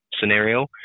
scenario